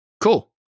Cool